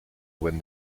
when